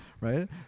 Right